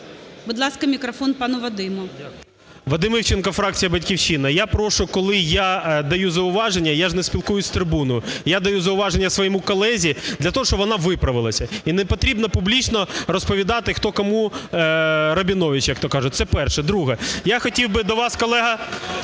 Будь ласка, мікрофон пану Вадиму. 11:40:49 ІВЧЕНКО В.Є. Вадим Івченко, фракція "Батьківщина". Я прошу, коли я даю зауваження, я ж не спілкуюсь з трибуною. Я даю зауваження своєму колезі для того, щоб вона виправилася. І не потрібно публічно розповідати, "хто кому Рабінович", як то кажуть. Це перше. Друге. Я хотів би до вас, колега…